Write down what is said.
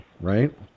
Right